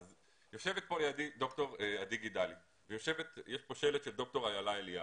יושבת לידי דוקטור עדי גידלי ויש שכאן שלט של דוקטור אילה אליהו.